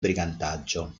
brigantaggio